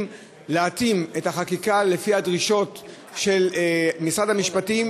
להתאים את החקיקה לפי הדרישות של משרד המשפטים,